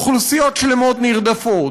אוכלוסיות שלמות נרדפות,